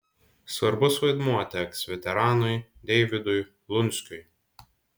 svarbus vaidmuo teks veteranui deivydui lunskiui